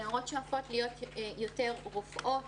נערות שואפות להיות יותר רופאות,